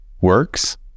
works